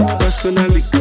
personally